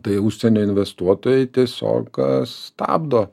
tai užsienio investuotojai tiesiog stabdo